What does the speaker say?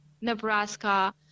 Nebraska